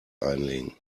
einlegen